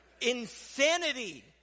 Insanity